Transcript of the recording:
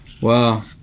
Wow